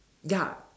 ya